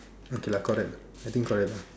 okay lah correct I think correct lah